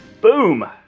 Boom